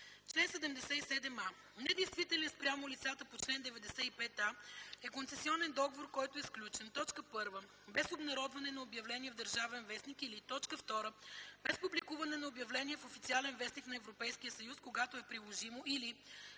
Чл. 77а. (1) Недействителен спрямо лицата по чл. 95а е концесионен договор, който е сключен: 1. без обнародване на обявление в „Държавен вестник”, или 2. без публикуване на обявление в „Официален вестник” на Европейския съюз – когато е приложимо, или